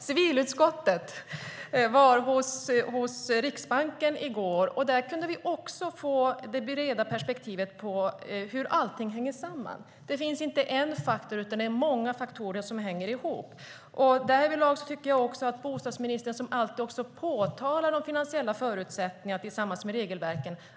Civilutskottet var hos Riksbanken i går. Där fick vi det breda perspektivet på hur allt hänger samman. Det finns inte en faktor; det är många faktorer som hänger ihop. Därvidlag tycker jag att det sätt på vilket bostadsministern hanterar frågeställningen är viktigt, genom att alltid påtala de finansiella förutsättningarna tillsammans med regelverken.